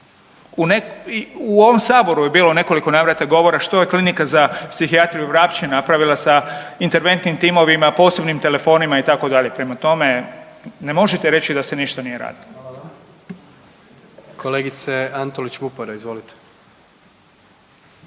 u ovom Saboru je bilo u nekoliko navrata govora što je Klinika za psihijatriju Vrapče napravila sa interventnim timovima, posebnim telefonima, itd. Prema tome, ne možete reći da se ništa nije radilo. **Jandroković,